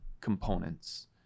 components